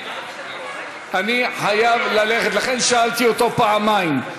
אני חייב ללכת, לכן שאלתי אותו פעמיים.